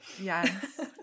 yes